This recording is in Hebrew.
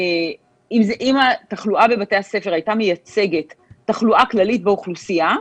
אם התחלואה בבתי הספר הייתה מייצגת תחלואה כללית באוכלוסייה,